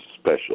special